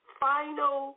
final